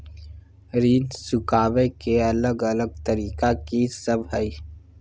ऋण चुकाबय के अलग अलग तरीका की सब हय?